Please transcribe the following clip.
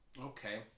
Okay